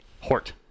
Hort